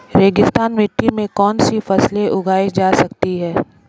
रेगिस्तानी मिट्टी में कौनसी फसलें उगाई जा सकती हैं?